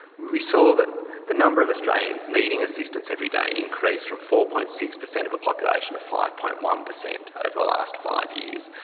we saw that the number of australians needing assistance every day increased from four point six per cent of the population to five point one per cent over the last five years.